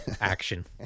action